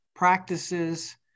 practices